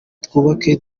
twubake